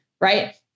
right